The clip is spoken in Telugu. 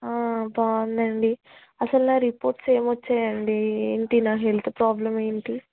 బాగుందండి అసలు నా రిపోర్ట్స్ ఏమొచ్చాయండి ఏంటి నా హెల్త్ ప్రాబ్లం ఏంటి